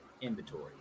inventory